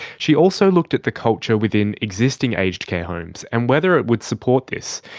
she also looked at the culture within existing aged care homes and whether it would support this.